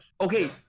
Okay